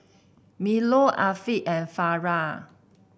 Melur Afiq and Farah